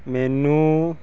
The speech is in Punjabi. ਮੈਨੂੰ